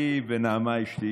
אני ונעמה אשתי,